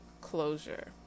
closure